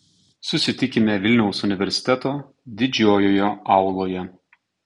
susitikime vilniaus universiteto didžiojoje auloje